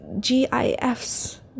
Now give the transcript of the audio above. gifs